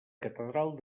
catedral